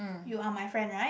you are my friend right